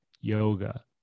yoga